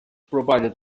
provided